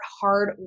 hard